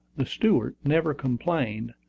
the steward, never complained,